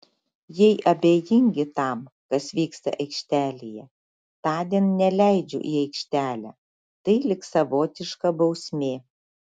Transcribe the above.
jei abejingi tam kas vyksta aikštelėje tądien neleidžiu į aikštelę tai lyg savotiška bausmė